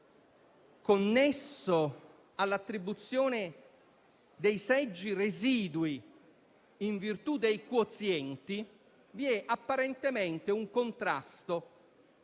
connesso all'attribuzione dei seggi residui in virtù dei quozienti, vi è apparentemente un contrasto